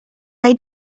they